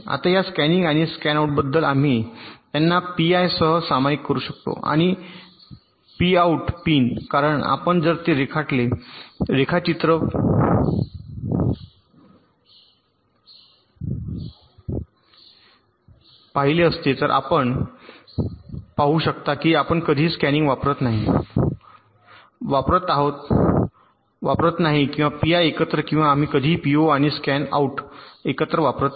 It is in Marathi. आता या स्कॅनिन आणि स्कॅनआउटबद्दल आम्ही त्यांना पीआयसह सामायिक करू शकतो आणि p आउट पिन कारण जर आपण ते रेखाचित्र पाहिले असते तर आपण पाहू शकता की आम्ही कधीही स्कॅनिन आणि वापरत नाही पीआय एकत्र किंवा आम्ही कधीही पीओ आणि स्कॅनआउट एकत्र वापरत नाही